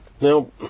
Now